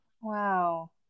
Wow